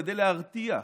כדי להרתיע.